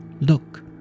look